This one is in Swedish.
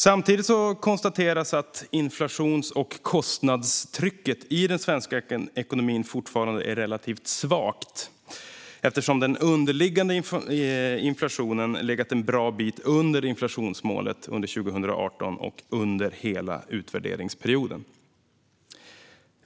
Samtidigt konstateras att inflations och kostnadstrycket i den svenska ekonomin fortfarande är relativt svagt, eftersom den underliggande inflationen har legat en bra bit under inflationsmålet under 2018 och hela utvärderingsperioden.